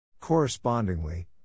Correspondingly